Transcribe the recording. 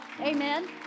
Amen